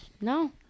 No